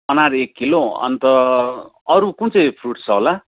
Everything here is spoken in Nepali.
अनार एक किलो अन्त अरू कुन चाहिँ फ्रुट्स छ होला